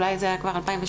אולי זה היה כבר 2016,